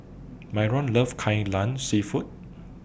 Myron Love Kai Lan Seafood